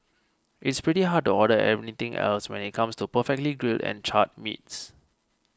it's pretty hard to order anything else when it comes to perfectly grilled and charred meats